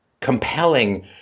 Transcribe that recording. compelling